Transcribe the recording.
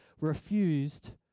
refused